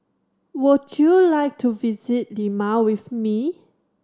would you like to visit Lima with me